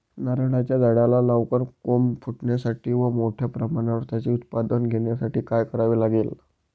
नारळाच्या झाडाला लवकर कोंब फुटण्यासाठी व मोठ्या प्रमाणावर त्याचे उत्पादन घेण्यासाठी काय करावे लागेल?